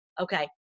Okay